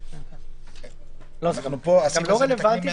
זה לא רלוונטי,